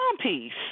piece